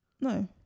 No